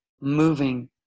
moving